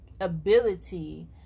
ability